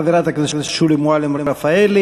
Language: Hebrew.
חברת הכנסת שולי מועלם-רפאלי,